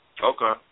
Okay